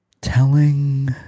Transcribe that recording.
telling